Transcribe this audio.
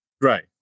Right